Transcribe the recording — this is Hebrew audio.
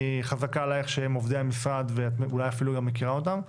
חזקה עלייך שהם עובדי המשרד ואת אולי אפילו גם מכירה אותם,